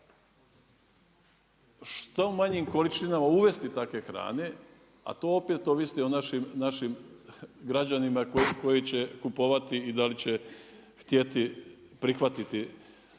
što manjim količinama uvesti takve hrane, a to opet ovisi o našim građanima koji će kupovati i da li će htjeti prihvatiti